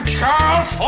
Charles